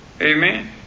Amen